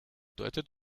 deutet